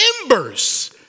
embers